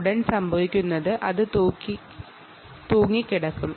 ഉടൻ അത് ഹാങ്ങ് ആകുന്നു